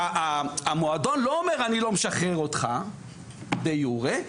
המועדון לא אומר: אני לא משחרר אותך דה יורה,